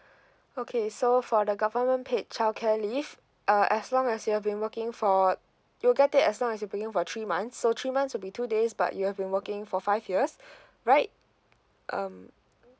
okay so for the government paid childcare leave uh as long as you've been working for you'll get it as long as you working for three months so three months will be two days but you've been working for five years right um